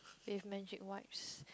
with magic wipes